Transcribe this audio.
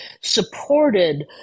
supported